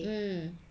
mm